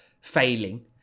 failing